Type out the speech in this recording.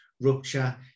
rupture